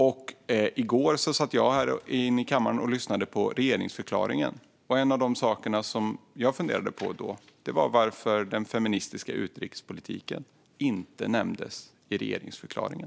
I går satt jag här inne i kammaren och lyssnade på regeringsförklaringen. En av de saker som jag då funderade på var varför den feministiska utrikespolitiken inte nämndes i regeringsförklaringen.